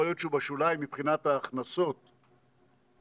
יכול להיות שהוא בשוליים מבחינת ההכנסות מגז